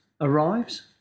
arrives